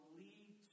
lead